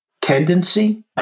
tendency